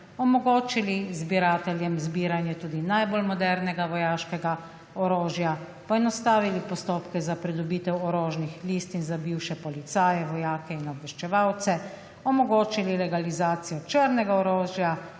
omogočili zbirateljem zbiranje tudi najbolj modernega vojaškega orožja, poenostavili postopke za pridobitev orožnih listin za bivše policiste, vojake in obveščevalce, omogočili legalizacijo črnega orožja